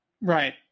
Right